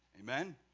amen